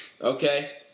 okay